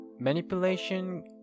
Manipulation